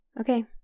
Okay